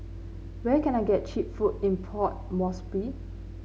where can I get cheap food in Port Moresby